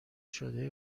شده